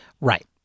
Right